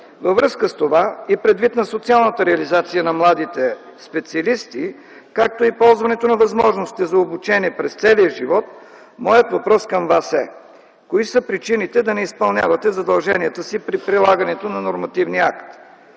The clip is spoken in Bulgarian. Във връзка с това и предвид социалната реализация на младите специалисти, както и ползването на възможностите за обучение през целия живот, моят въпрос към вас е: кои са причините да не изпълнявате задълженията си при прилагането на нормативния акт?